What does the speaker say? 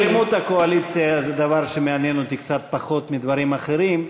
שלמות הקואליציה זה דבר שמעניין אותי קצת פחות מדברים אחרים,